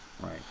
Right